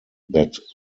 that